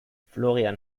florian